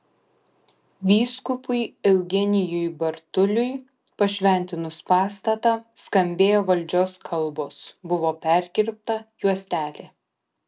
vyskupui eugenijui bartuliui pašventinus pastatą skambėjo valdžios kalbos buvo perkirpta juostelė